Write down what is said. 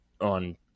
on